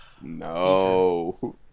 no